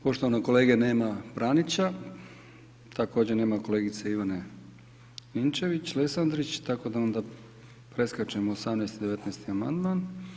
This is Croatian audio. Poštovanog kolege nema Franića, također nema kolegice Ivane Ninčvić-Lesandrić, tako da onda preskačemo 18. i 19. amandman.